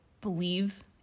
believe